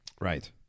Right